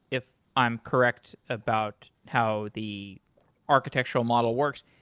if i'm correct about how the architectural model works,